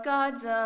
God's